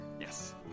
yes